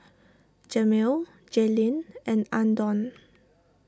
Jamil Jaylene and andon